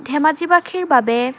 ধেমাজিৱাসীৰ বাবে